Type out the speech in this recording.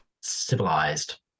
civilized